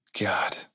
God